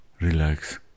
relax